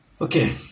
Okay